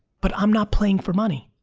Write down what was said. but i'm not playing for money.